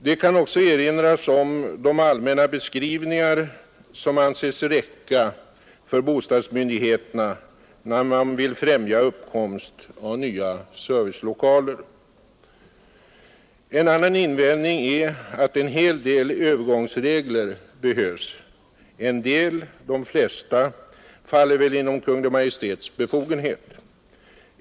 Det kan också erinras om de allmänna beskrivningar som anses räcka för bostadsmyndigheterna när man vill främja uppkomst av nya servicelokaler. En annan invändning är att en hel del övergångsregler behövs. En del, de flesta, faller väl inom Kungl. Maj:ts befogenhet.